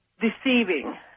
deceiving